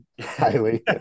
highly